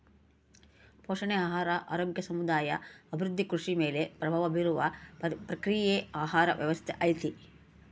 ಪೋಷಣೆ ಆಹಾರ ಆರೋಗ್ಯ ಸಮುದಾಯ ಅಭಿವೃದ್ಧಿ ಕೃಷಿ ಮೇಲೆ ಪ್ರಭಾವ ಬೀರುವ ಪ್ರಕ್ರಿಯೆಯೇ ಆಹಾರ ವ್ಯವಸ್ಥೆ ಐತಿ